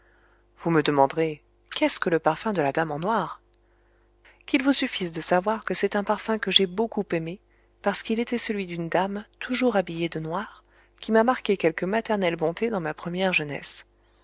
vous me demanderez qu'est-ce que le parfum de la dame en noir qu'il vous suffise de savoir que c'est un parfum que j'ai beaucoup aimé parce qu'il était celui d'une dame toujours habillée de noir qui m'a marqué quelque maternelle bonté dans ma première jeunesse